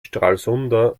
stralsunder